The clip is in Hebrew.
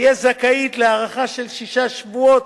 תהיה זכאית להארכה של שישה שבועות,